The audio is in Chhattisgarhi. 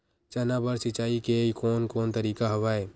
चना बर सिंचाई के कोन कोन तरीका हवय?